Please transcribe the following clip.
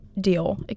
deal